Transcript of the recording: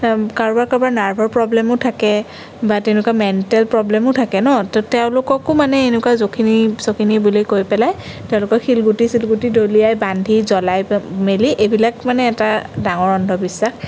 কাৰোবাৰ কাৰোবাৰ নাৰ্ভৰ প্ৰব্লেমো থাকে বা তেনেকুৱা মেণ্টেল প্ৰব্লেমো থাকে ন ত' তেওঁলোককো মানে এনেকুৱা যখিনী চখিনী বুলি কৈ পেলাই তেওঁলোকক শিলগুটি চিলগুটি দলিয়াই বান্ধি জ্বলাই পা মেলি এইবিলাক মানে এটা ডাঙৰ অন্ধবিশ্বাস